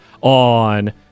on